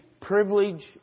privilege